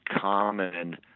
common